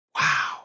Wow